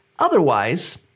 Otherwise